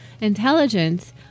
intelligence